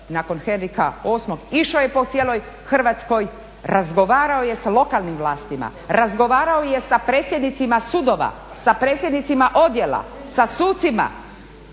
nakon Henrika VIII. išao je po cijeloj Hrvatskoj, razgovarao je sa lokalnim vlastima, razgovarao je sa predsjednicima sudova, sa predsjednicima odjela, sa sucima,